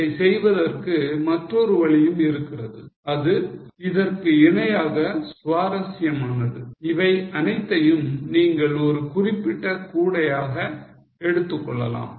இதை செய்வதற்கு மற்றொரு வழியும் இருக்கிறது அது இதற்கு இணையாக சுவாரஸ்யமானது இவை அனைத்தையும் நீங்கள் ஒரு குறிப்பிட்ட கூடையாக எடுத்துக்கொள்ளலாம்